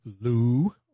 Lou